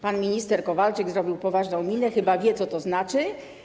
Pan minister Kowalczyk zrobił poważną minę, chyba wie, co to znaczy.